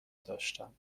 داشتم